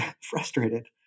frustrated